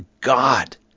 God